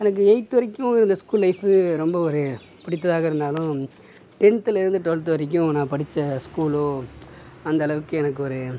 எனக்கு எய்த் வரைக்கும் இந்த ஸ்கூல் லைஃப் ரொம்ப ஒரு பிடித்ததாக இருந்தாலும் டென்த்லந்து டுவெல்த் வரைக்கும் நான் படிச்ச ஸ்கூலோ அந்தளவுக்கு எனக்கு ஒரு